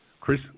Chris